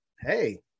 hey